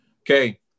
Okay